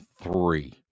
three